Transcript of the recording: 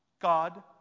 God